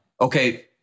Okay